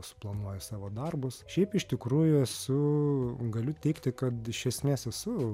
suplanuoju savo darbus šiaip iš tikrųjų esu galiu teigti kad iš esmės esu